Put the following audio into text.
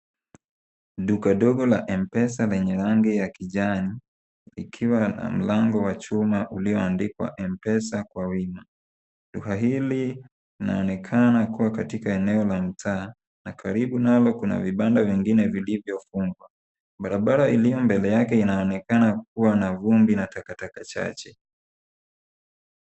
Duka dogo la Mpesa lenye rangi ya kijani likiwa na mlango wa chuma ulioandikwa Mpesa kwa wima. Duka hili linaonekana kuwa katika eneo la mtaa na karibu nalo kuna vibanda vingine vilivyofungwa. Barabara iliyo mbele yake inaonekana kuwa na vumbi na takataka chache.